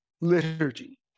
liturgy